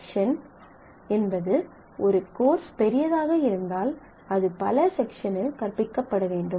section என்பது ஒரு course பெரியதாக இருந்தால் அது பல செக்ஷனில் கற்பிக்கப்பட வேண்டும்